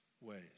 ways